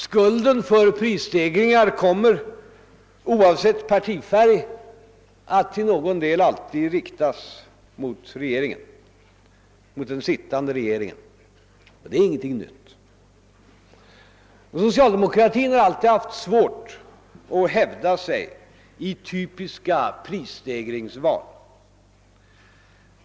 Skulden för prisstegringarna kommer oavsett partifärg att till någon del alltid riktas mot den sittande regeringen. Det är ingenting nytt. Socialdemokratin har alltid haft svårt att hävda sig i typiska prisstegringsval.